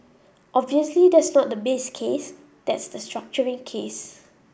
obviously that's not the base case that's the structuring case